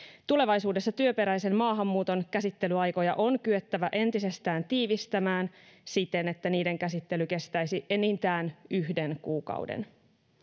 tulevaisuudessa työperäisen maahanmuuton käsittelyaikoja on kyettävä entisestään tiivistämään siten että niiden käsittely kestäisi enintään yhden kuukauden